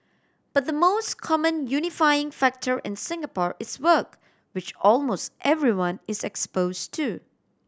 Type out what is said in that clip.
but the most common unifying factor in Singapore is work which almost everyone is expose to